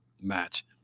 match